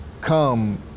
come